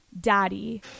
daddy